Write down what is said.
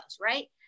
right